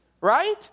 right